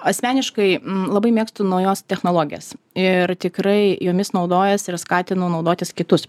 asmeniškai labai mėgstu naujos technologijas ir tikrai jomis naudojuosi ir skatinu naudotis kitus